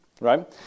right